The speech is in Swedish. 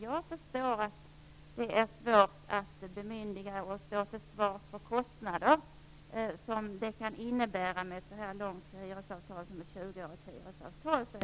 Jag förstår att det är svårt att bemyndiga och stå till svars för de kostnader som ett 20-årigt hyresavtal kan medföra. Kan Per Unckel möjligen utveckla detta och förklara för alla som är intresserade?